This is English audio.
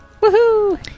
Woohoo